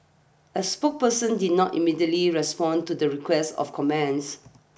a spokesperson did not immediately respond to the request of comments